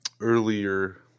earlier